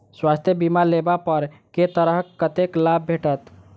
स्वास्थ्य बीमा लेबा पर केँ तरहक करके लाभ भेटत?